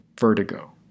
vertigo